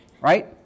right